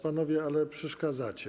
Panowie, ale przeszkadzacie.